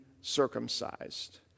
circumcised